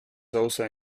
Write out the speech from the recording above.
also